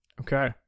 okay